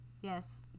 Yes